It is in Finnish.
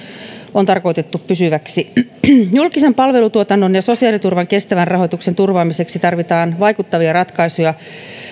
on tarkoitettu pysyväksi julkisen palvelutuotannon ja sosiaaliturvan kestävän rahoituksen turvaamiseksi tarvitaan vaikuttavia ratkaisuja